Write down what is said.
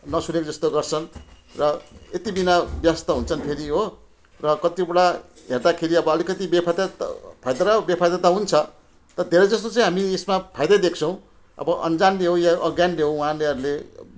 नसुनेको जस्तो गर्छन् र यति बिना व्यस्त हुन्छन् फेरि हो र कतिवटा हेर्दाखेरि अब अलिकति बेफाइदा त फाइदा र बेफाइदा त हुन्छ तर धेरै जस्तो चाहिँ हामी यसमा फाइदै देख्छौँ अब अन्जानले हो या अज्ञानले हो उँहाले हरूले